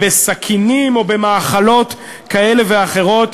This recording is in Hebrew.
בסכינים או במאכלות כאלה ואחרות.